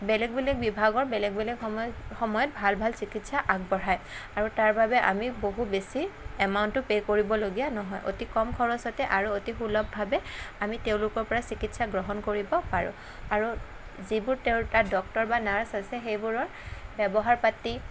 বেলেগ বেলেগ বিভাগৰ বেলেগ বেলেগ সময়ত সময়ত ভাল ভাল চিকিৎসা আগবঢ়ায় আৰু তাৰ বাবে আমি বহু বেছি এমাউণ্টও পে' কৰিবলগীয়া নহয় অতি কম খৰছতে আৰু অতি সুলভভাৱে আমি তেওঁলোকৰপৰা চিকিৎসা গ্ৰহণ কৰিব পাৰোঁ আৰু যিবোৰ তেওঁৰ তাত ডক্টৰ বা নাৰ্ছ আছে সেইবোৰৰ ব্য়ৱহাৰ পাতি